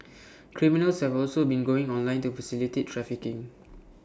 criminals have also been going online to facilitate trafficking